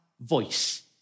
voice